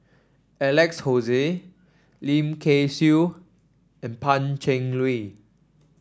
Alex Josey Lim Kay Siu and Pan Cheng Lui